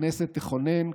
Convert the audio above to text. הכנסת תכונן,